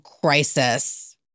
crisis